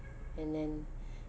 and then